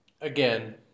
Again